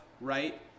right